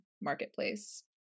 marketplace